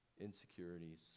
insecurities